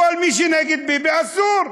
כל מי שנגד ביבי, אסור.